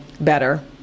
better